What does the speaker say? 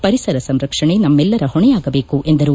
ಪರಿಸರ ಸಂರಕ್ಷಣೆ ನಮ್ಮೆಲ್ಲರ ಹೊಣೆಯಾಗಬೇಕು ಎಂದರು